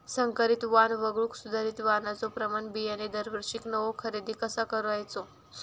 संकरित वाण वगळुक सुधारित वाणाचो प्रमाण बियाणे दरवर्षीक नवो खरेदी कसा करायचो?